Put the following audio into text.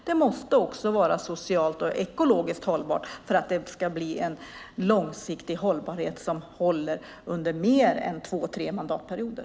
Det måste också vara socialt och ekologiskt hållbart för att det ska bli en långsiktig hållbarhet under mer än två tre mandatperioder.